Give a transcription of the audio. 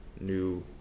new